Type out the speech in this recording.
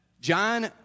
John